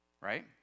right